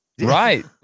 right